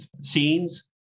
scenes